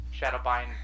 Shadowbind